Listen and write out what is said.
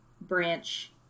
branch